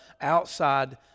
outside